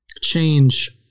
change